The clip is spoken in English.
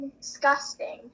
disgusting